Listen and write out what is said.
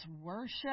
worship